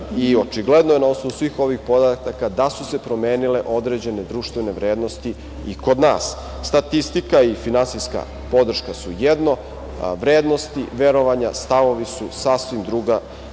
Očigledno je, na osnovu svih ovih podataka, da su se promenile određene društvene vrednosti i kod nas. Statistika i finansijska podrška su jedno, a vrednosti, verovanja i stavovi su sasvim druga